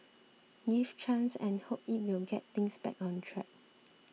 give chance and hope it will get things back on track